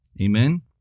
Amen